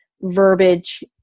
verbiage